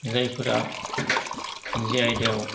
जायफोरा जे आयदायाव